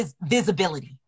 visibility